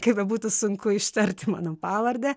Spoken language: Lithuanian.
kaip bebūtų sunku ištarti mano pavardę